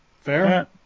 Fair